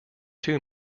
two